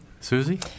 Susie